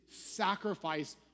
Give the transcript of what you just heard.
sacrifice